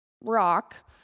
rock